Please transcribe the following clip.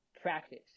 practice